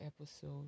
episode